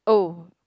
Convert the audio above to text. oh